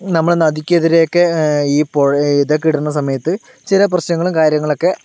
നമ്മൾ നദിക്കെതിരെയൊക്കെ ഈ ഇതൊക്കെ ഇടണ സമയത്ത് ചില പ്രശ്നങ്ങളും കാര്യങ്ങളൊക്കെ